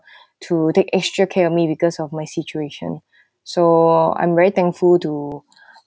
to take extra care of me because of my situation so I'm very thankful to